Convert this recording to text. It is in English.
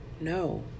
no